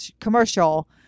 commercial